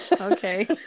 Okay